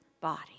body